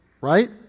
right